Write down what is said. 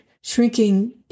shrinking